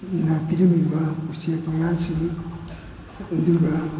ꯅ ꯄꯤꯔꯝꯂꯤꯕ ꯎꯆꯦꯛ ꯋꯥꯌꯥꯁꯤꯡ ꯑꯗꯨꯒ